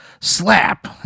slap